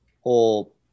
whole